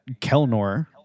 kelnor